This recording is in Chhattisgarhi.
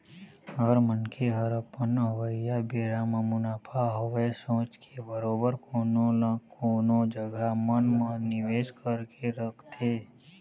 हर मनखे ह अपन अवइया बेरा म मुनाफा होवय सोच के बरोबर कोनो न कोनो जघा मन म निवेस करके रखथे